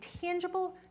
tangible